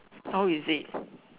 how is it